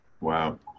wow